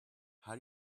how